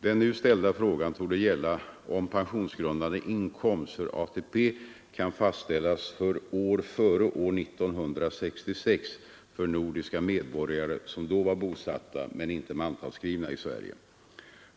Den nu ställda frågan torde gälla om pensionsgrundande inkomst för ATP kan fastställas för år före 1966 för nordiska medborgare som då var bosatta men inte mantalsskrivna i Sverige.